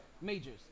Majors